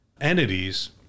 entities